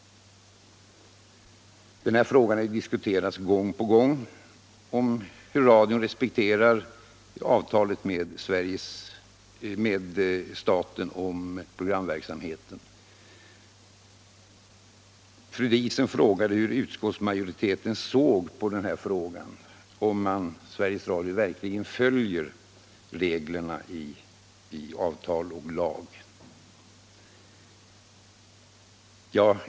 Det har ju diskuterats gång på gång hur radion respekterar avtalet med staten om programverksamheten. Fru Diesen frågade hur utskottsmajoriteten såg på frågan, om Sveriges Radio verkligen följer reglerna i avtal och lag.